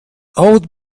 old